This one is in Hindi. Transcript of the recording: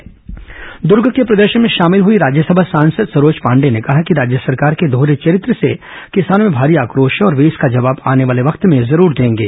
भाजपा प्रदर्शन दुर्ग के प्रदर्शन में शामिल हुई राज्यसभा सांसद सरोज पांडेय ने कहा कि राज्य सरकार के दोहरे चरित्र से किसानों में भारी आक्रोश है और वे इसका जवाब आने वाले वक्त में जरूर देंगे